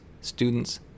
students